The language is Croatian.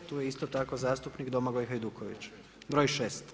Tu je isto tako zastupnik Domagoj Hajduković, broj 6.